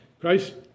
Christ